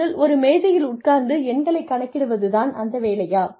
நீங்கள் ஒரு மேசையில் உட்கார்ந்து எண்களை கணக்கிடுவது தான் அந்த வேலையா